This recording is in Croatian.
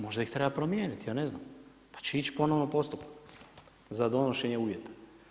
Možda ih treba promijeniti, ja ne znam, pa će ići ponovno na postupak za donošenje uvjeta.